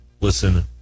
Listen